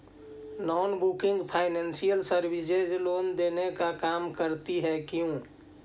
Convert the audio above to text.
Non banking financial services loan देने का काम करती है क्यू?